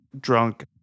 drunk